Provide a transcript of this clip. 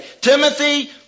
Timothy